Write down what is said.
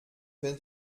wenn